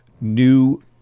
new